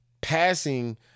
Passing